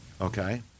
Okay